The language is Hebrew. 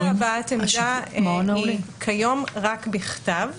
הזכות להבעת עמדה כיום היא רק בכתב.